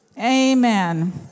Amen